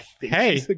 Hey